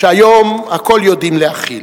שהיום, לא הכול יודעים להכיל: